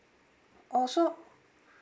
oh so